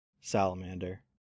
Salamander